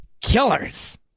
Killers